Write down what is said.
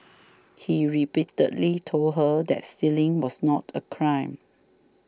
he repeatedly told her that stealing was not a crime